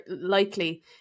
likely